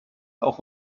auch